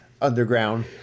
underground